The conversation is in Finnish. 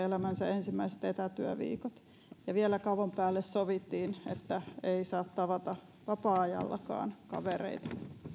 elämänsä ensimmäiset etätyöviikot ja vielä kaupan päälle sovittiin että ei saa tavata vapaa ajallakaan kavereita